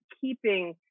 keeping